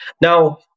Now